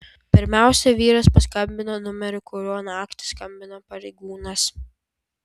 pirmiausia vyras paskambino numeriu kuriuo naktį skambino pareigūnas